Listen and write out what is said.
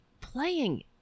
playing